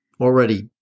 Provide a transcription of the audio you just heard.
already